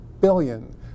billion